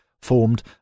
formed